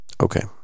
okay